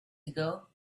ago